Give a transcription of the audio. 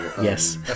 Yes